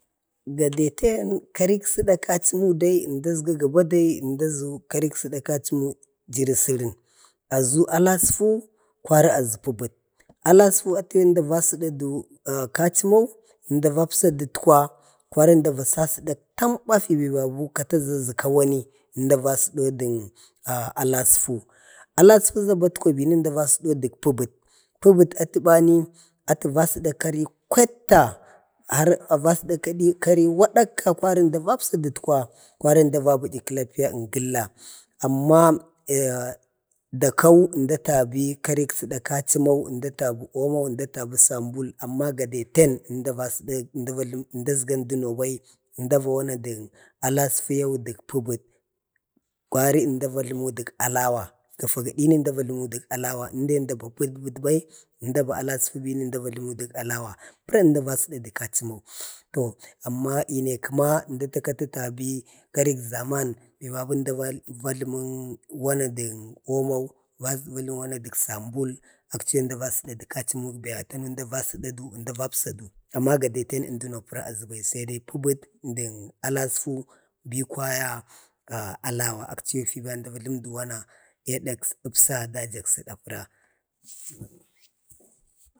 ga daten karek səda kachimo sai əmda əsgo ga bade, əmda ʒu karek səda kachimo əmda asga jiri sərən aʒu alasfu kwari aʒu pəbət. alaspu atu əmda va sədadu kachimo, əmda va aspadu ətkwa, kwari əmda va səsədak tamba fi babu kataʒa ʒa kawa ni əmda va sadau dən ah alasfu, alasfu ʒa bi atkwabina əmda va səda dək pəbat. pəbat atu bani, atə va səda kari kwetta, har va səda kari wadakka, kwari əmda va səda dən ətkwa, kwari əmda va bəyi kəlapiya əngəlla. ama dakau əmda tabi karek səda kachimau. ʒmda tabi omo əmda tabi sambul. amma ga daten əmda va səda. əmda əsga ənduno bai, əmda va jləmə wana du kalasfu yau dək pəbət. kwari əmda jlumu dək alawa, gafa gadina əmda va jlumu dək alawa indai ənda ba pəbat bai, əmda ba alasfu bai, əmda va jləmu dək alawa. pəra əmda va sədadə kachumo. to amma ine kəma əmda takati tabi, karik ʒaman, əmda va jləmən wana dək omon, ʒmda va jləmə dək sambul. akchine əmda va sədadu kachimo. tanu əmda va səda du va əpsadu, amma gadeten əmdo pəra aʒubai sai pəbət də alasfu bi kwaya, ah dawo. akchiyau fi əmda va jləmu də wana yadak əpsa dajak səda pəra